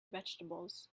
vegetables